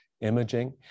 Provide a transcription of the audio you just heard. imaging